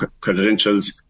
credentials